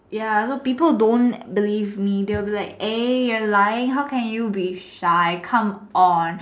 ya people don't believe me eh you are lying how can you be shy come on